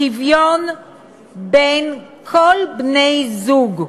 שוויון בין כל בני-זוג,